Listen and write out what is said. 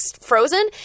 frozen